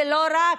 ולא רק,